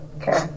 Okay